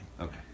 Okay